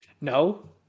No